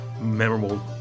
memorable